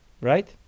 right